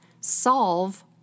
solve